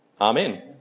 Amen